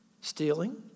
Stealing